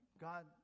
god